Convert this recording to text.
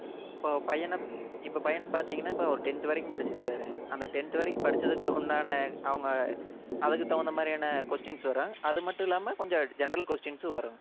இப்போ பையனை இப்போ பையனை பார்த்திங்கனா இப்போ அவர் டென்த்து வரைக்கும் படிச்சிருக்கார் அந்த டென்த்து வரைக்கும் படிச்சதுக்கு உண்டான அவங்க அதற்கு தகுந்த மாதிரியான கொஷ்டின்ஸ் வரும் அது மட்டும் இல்லாமல் கொஞ்சம் ஜென்ரல் கொஷ்டின்ஸும் வருங்க